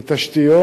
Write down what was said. לתשתיות,